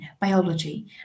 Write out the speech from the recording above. biology